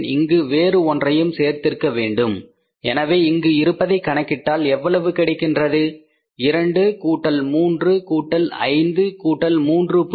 இங்கு வேறு ஒன்றையும் சேர்த்திருக்க வேண்டும் எனவே இங்கு இருப்பதை கணக்கிட்டால் எவ்வளவு கிடைக்கின்றது இரண்டு கூட்டல் 3 கூட்டல் 5 கூட்டல் 3